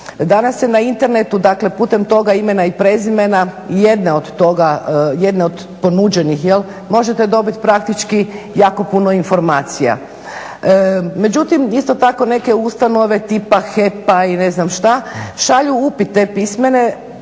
danas je na internetu, dakle putem toga imena i prezimena, jedne od toga, jedne od ponuđenih možete dobiti praktički jako puno informacija. Međutim, isto tako neke ustanove tipa HEP-a i ne znam šta šalju upite pismene